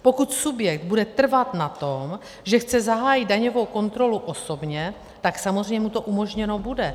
Pokud subjekt bude trvat na tom, že chce zahájit daňovou kontrolu osobně, tak samozřejmě mu to umožněno bude.